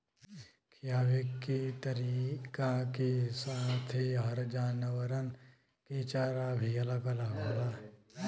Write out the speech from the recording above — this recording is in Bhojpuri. खिआवे के तरीका के साथे हर जानवरन के चारा भी अलग होला